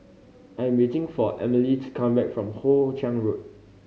I am waiting for Amalie to come back from Hoe Chiang Road